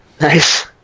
nice